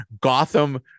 gotham